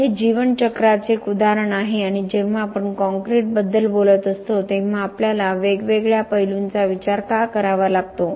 तर हे जीवन चक्राचे एक उदाहरण आहे आणि जेव्हा आपण कॉंक्रिटबद्दल बोलत असतो तेव्हा आपल्याला वेगवेगळ्या पैलूंचा विचार का करावा लागतो